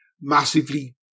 massively